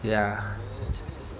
ya